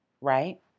Right